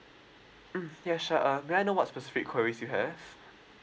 mm yes sure uh may I know what specific queries you have